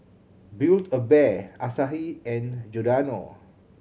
Build A Bear Asahi and Giordano